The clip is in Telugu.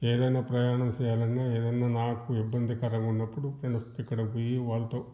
ఏదైనా ప్రయాణం చేయాలన్నా ఏవన్నా నాకు ఇబ్బందికరంగా ఉన్నప్పుడు ఫ్రెండ్స్ దిగ్గడికి పోయి వాళ్ళతో